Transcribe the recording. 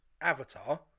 Avatar